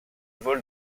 vol